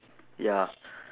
ya